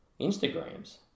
Instagrams